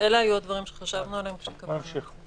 אלה היו הדברים שחשבנו עליהם כשקבענו את זה.